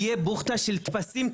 יהיה בוכטה של טפסים,